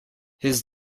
his